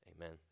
Amen